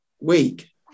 week